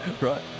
Right